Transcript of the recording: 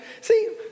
See